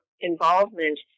involvement